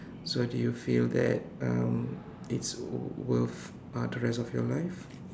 so do you feel that um it's worth uh the rest of your life